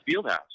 Fieldhouse